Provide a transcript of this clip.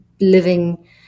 living